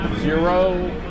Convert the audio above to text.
zero